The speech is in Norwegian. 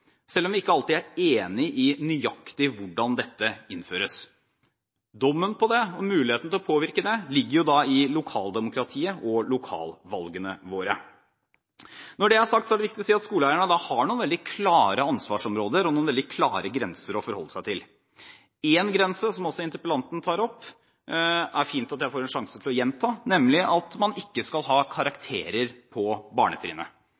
selv om vi ikke alltid er enige i nøyaktig hvordan dette innføres. Dommen på det og muligheten til å påvirke det ligger i lokaldemokratiet og i lokalvalgene våre. Når det er sagt, er det viktig å si at skoleeierne har noen veldig klare ansvarsområder og noen veldig klare grenser å forholde seg til. Én grense, som også interpellanten tok opp, er det fint at jeg får en sjanse til å gjenta, nemlig at man ikke skal ha karakterer på barnetrinnet.